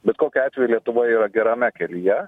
bet kokiu atveju lietuva yra gerame kelyje